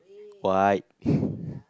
white